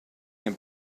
can